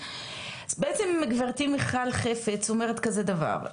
בעצם גברתי מיכל חפץ אומרת כזה דבר,